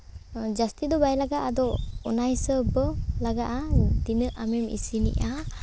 ᱡᱟᱹᱥᱛᱤ ᱫᱚ ᱵᱟᱭ ᱞᱟᱜᱟᱜᱼᱟ ᱟᱫᱚ ᱚᱱᱟ ᱦᱤᱥᱟᱹᱵ ᱫᱚ ᱞᱟᱜᱟ ᱛᱤᱱᱟᱹᱜ ᱟᱢᱮᱢ ᱤᱥᱤᱱᱮᱜᱼᱟ